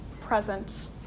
present